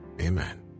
Amen